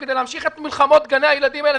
כדי להמשיך את מלחמות גני הילדים האלה?